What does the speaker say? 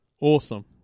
Awesome